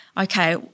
okay